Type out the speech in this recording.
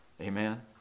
amen